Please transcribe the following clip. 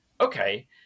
okay